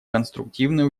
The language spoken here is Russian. конструктивное